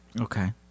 Okay